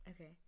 okay